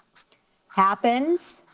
happens